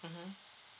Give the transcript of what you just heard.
mmhmm